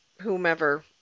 whomever